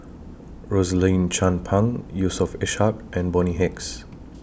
Rosaline Chan Pang Yusof Ishak and Bonny Hicks